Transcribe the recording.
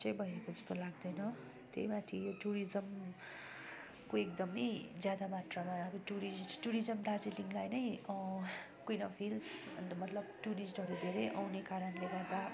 चाहिँ भएको जस्तो लाग्दैन त्यही माथि यो टुरिज्मको एकदम ज्यादा मात्रमा टुरिस्ट टुरिज्म दार्जिलिङलाई नै कुइन अब् हिल्स मतलब टुरिस्टहरू धेरै आउने कारणले गर्दा